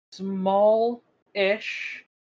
Small-ish